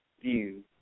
view